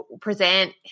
present